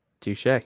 Touche